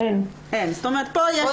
אני